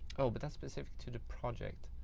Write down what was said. oh but that's specific to the project.